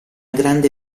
grande